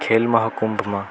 ખેલ મહાકુંભમાં